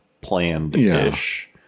Planned-ish